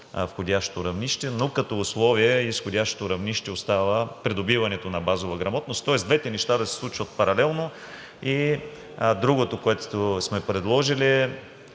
входящо равнище, но като условие изходящото равнище остава – придобиването на базова грамотност, тоест двете неща да се случват паралелно. Другото, което сме предложили, е